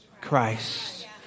Christ